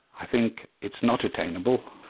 i think it's not attainable.